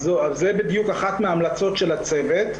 זו בדיוק אחת ההמלצות של הצוות,